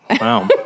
Wow